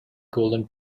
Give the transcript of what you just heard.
golden